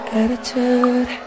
attitude